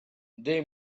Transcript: they